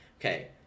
okay